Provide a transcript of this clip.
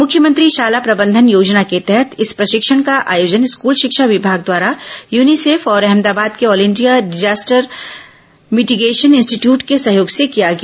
मुख्यमंत्री शाला प्रबंधन योजना के तहत इस प्रशिक्षण का आयोजन स्कूल शिक्षा विभाग द्वारा यनिसेफ और अहमदाबाद के all India disaster mitigation institute के सहयोग से किया गया